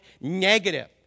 negative